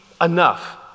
enough